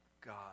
God